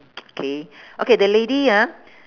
K okay the lady ah